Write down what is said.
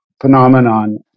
phenomenon